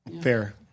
fair